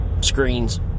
screens